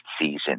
season